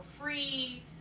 free